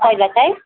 पहिला चाहिँ